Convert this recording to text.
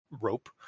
rope